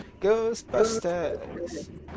Ghostbusters